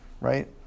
right